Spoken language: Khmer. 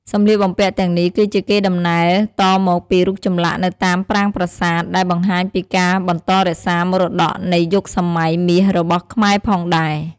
សម្លៀកបំពាក់់ទាំងនេះគឺជាកេរដំណែលតមកពីរូបចម្លាក់នៅតាមប្រាង្គប្រសាទ ដែលបង្ហាញពីការបន្តរក្សាមរតក៌នៃយុគសម័យមាសរបស់ខ្មែរផងដែរ។